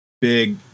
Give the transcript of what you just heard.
big